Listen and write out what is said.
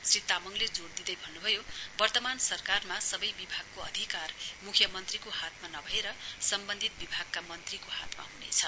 श्री तामाङले जोड दिँदै भन्नुभयो वर्तमान सरकारमा सबै विभागको अधिकार मुख्यमन्त्रीको हातमा नभएर सम्बन्धित विभागका मन्त्रीको हातमा हुनेछ